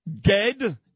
dead